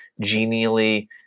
genially